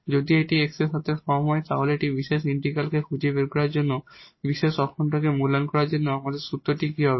যদি এটি X এর ফর্ম হয় তাহলে একটি পার্টিকুলার ইন্টিগ্রালকে খুঁজে বের করার জন্য পার্টিকুলার ইন্টিগ্রাল কে মূল্যায়ন করার জন্য আমাদের সূত্রটি কী হবে